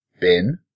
bin